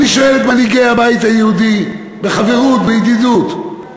אני שואל את מנהיגי הבית היהודי בחברות, בידידות: